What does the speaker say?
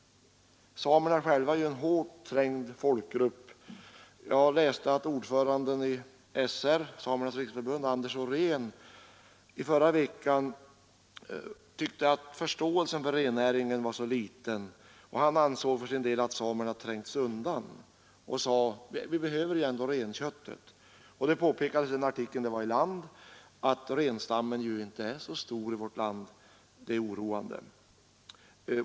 Samerna själva är en hårt trängd folkgrupp. Ordföranden i SR, Samernas riksförbund, Anders Åhrén undrade i en artikel i tidningen 129 Land i förra veckan varför förståelsen för rennäringen är så liten. Han anser att samerna trängs undan, trots att vi ändå behöver renköttet. Det påpekades i denna artikel att renstammen inte är så stor i vårt land och att det är oroande.